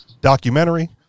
documentary